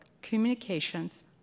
communications